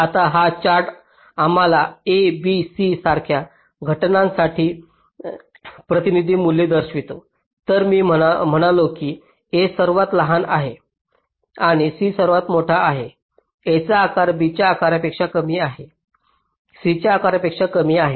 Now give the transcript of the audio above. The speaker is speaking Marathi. आता हा चार्ट आम्हाला A B C सारख्या घटनांसाठी काही प्रतिनिधी मूल्ये दर्शवितो तर मी म्हणालो की A सर्वात लहान आहे आणि C सर्वात मोठा आहे A चा आकार B च्या आकारापेक्षा कमी आहे C च्या आकारापेक्षा कमी आहे